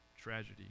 tragedy